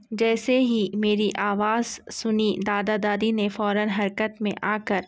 جیسے ہی میری آواز سنی دادا دادی نے فوراً حرکت میں آ کر